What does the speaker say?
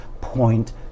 point